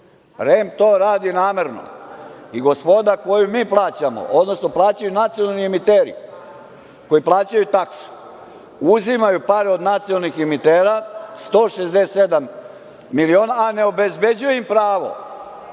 REM to radi namerno. Gospoda koju mi plaćamo, odnosno plaćaju nacionalni emiteri koji plaćaju taksu, uzimaju pare od nacionalnih emitera, 167 miliona, a ne obezbeđuju im pravo